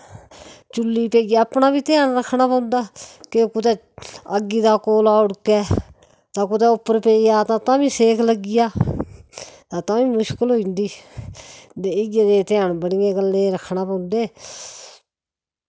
चु'ल्ली पेई जाऽ अपना बी ध्यान रक्खना पौंदा के कुतै अग्गी दा कोला उड़कै तां कुतै उप्पर पेई आ तां तां बी सेक लग्गी आ ता तां बी मुश्कल होई जंदी ते इ'यै जेह् ध्यान बड़ियें गल्लैं रक्खना पौंदे